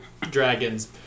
Dragons